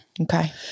Okay